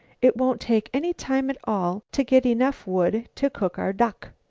it won't take any time at all to get enough wood to cook our duck!